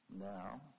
now